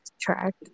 track